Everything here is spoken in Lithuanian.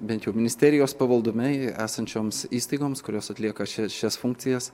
bent jau ministerijos pavaldume esančioms įstaigoms kurios atlieka šias funkcijas